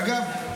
אגב,